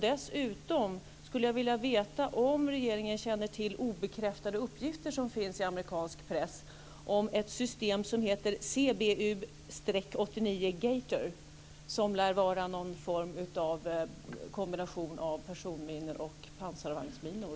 Dessutom skulle jag vilja veta om regeringen känner till obekräftade uppgifter i amerikansk press om ett system som heter CBU-89 Gator, som lär vara någon form av kombination av personminor och pansarvagnsminor.